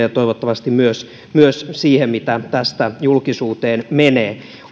ja toivottavasti myös myös siihen mitä tästä julkisuuteen menee